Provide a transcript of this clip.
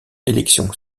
élection